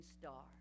star